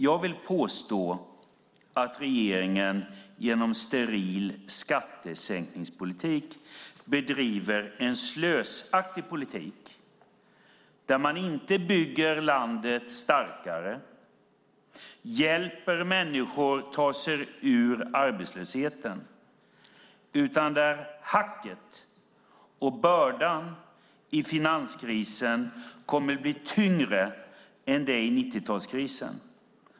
Jag vill påstå att regeringen genom steril skattesänkningspolitik bedriver en slösaktig politik där man inte bygger landet starkare och inte hjälper människor att ta sig ur arbetslösheten. Hacket och bördan i finanskrisen kommer i stället att bli tyngre än under 90-talskrisen.